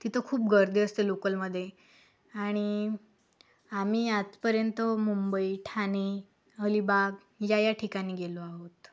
तिथं खूप गर्दी असते लोकलमध्ये आणि आम्ही आजपर्यंत मुंबई ठाणे अलीबाग या या ठिकाणी गेलो आहोत